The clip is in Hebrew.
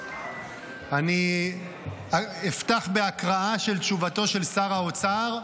אני אפתח בהקראה של תשובתו של שר האוצר,